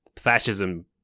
Fascism